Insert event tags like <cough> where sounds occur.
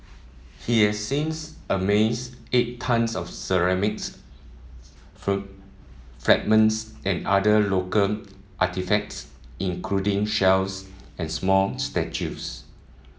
he has since amassed eight tonnes of ceramics <unintelligible> fragments and other local artefacts including shells and small statues